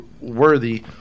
worthy